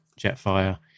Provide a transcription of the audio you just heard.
Jetfire